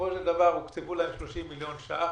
הוקצבו להם 30 מיליון ₪.